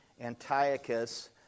Antiochus